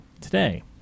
today